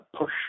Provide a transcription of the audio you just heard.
push